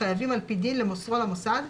חייבים על פי דין למוסרו למוסד,